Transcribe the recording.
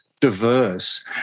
diverse